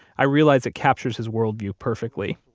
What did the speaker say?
i realize it captures his worldview perfectly.